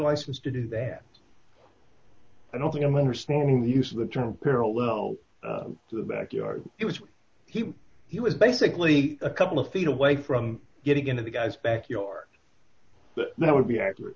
license to do that i don't think i'm understanding the use of the term parallel to the backyard it was he he was basically a couple of feet away from getting into the guy's backyard that would be accurate